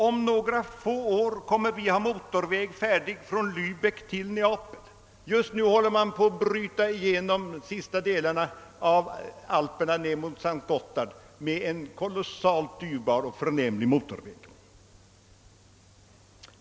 Om några få år kommer vi att ha motorväg färdig från Löbeck till Neapel. Just nu håller man på att bryta igenom sista delarna av Alperna ned mot S:t Gotthard med en kolossalt dyrbar och förnämlig motorväg.